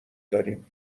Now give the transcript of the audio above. داریم